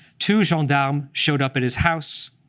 two gendarme showed up at his house,